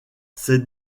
ses